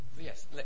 Yes